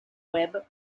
web